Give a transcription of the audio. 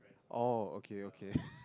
oh okay okay